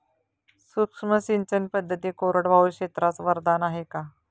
सूक्ष्म सिंचन पद्धती कोरडवाहू क्षेत्रास वरदान आहे का?